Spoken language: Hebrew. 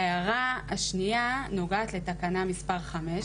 ההערה השנייה נוגעת לתקנה מספר 5,